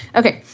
okay